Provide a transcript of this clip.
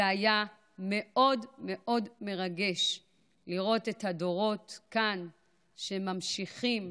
זה היה מאוד מאוד מרגש לראות את הדורות כאן שממשיכים